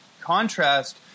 contrast